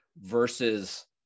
versus